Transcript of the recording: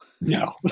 No